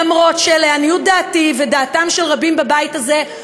אף שלעניות דעתי ולדעתם של רבים בבית הזה,